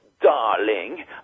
Darling